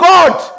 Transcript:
God